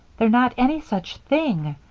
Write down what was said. they're not any such thing!